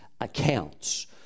accounts